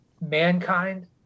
mankind